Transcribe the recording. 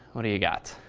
what do you got?